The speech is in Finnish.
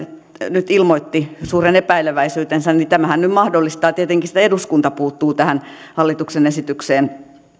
nyt ilmoitti suuren epäileväisyytensä niin tämähän nyt mahdollistaa tietenkin että eduskunta puuttuu tähän hallituksen esitykseen